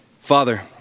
Father